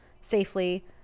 safely